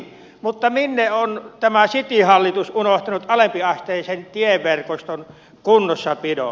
mutta minne on tämä cityhallitus unohtanut alempiasteisen tieverkoston kunnossapidon